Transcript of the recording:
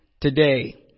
today